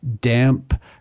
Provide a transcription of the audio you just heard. damp –